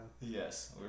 Yes